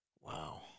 Wow